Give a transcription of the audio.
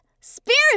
Spirit